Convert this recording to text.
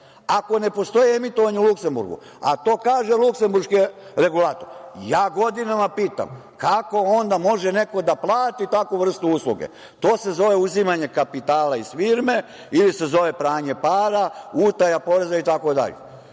Ako ne postoji emitovanje u Luksemburgu, a to kaže luksemburški regulator, ja godinama pitam – kako onda može neko da plati takvu vrstu usluge? To se zove uzimanje kapitala iz firme ili se zove pranje para, utaja poreza itd. Kad